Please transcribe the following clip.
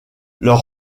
leur